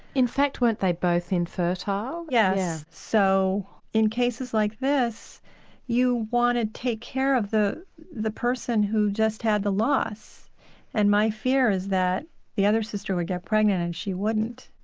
in fact weren't they both infertile? yes, so in cases like this you want to take care of the the person who just had the loss and my fear is that the other sister would get pregnant and she wouldn't.